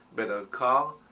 better car,